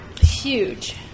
Huge